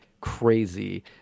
crazy